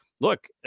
look